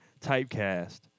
typecast